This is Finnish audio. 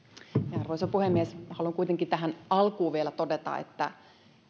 arvoisa puhemies haluan tähän alkuun vielä todeta että